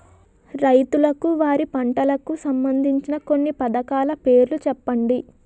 రైతులకు వారి పంటలకు సంబందించిన కొన్ని పథకాల పేర్లు చెప్పండి?